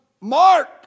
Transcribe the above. Mark